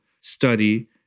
study